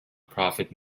profit